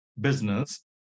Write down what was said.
business